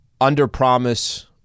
under-promise